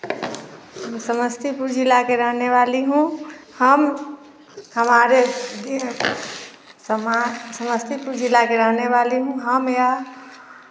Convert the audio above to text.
हम समस्तीपुर ज़िला की रहने वाली हूँ हम हमारे समा समस्तीपुर ज़िला की रहने वाली हूँ हम या